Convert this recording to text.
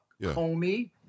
Comey